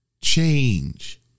change